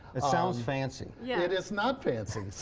it sounds fancy. yeah it is not fancy.